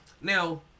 Now